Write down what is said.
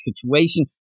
situation